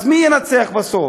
אז מי ינצח בסוף?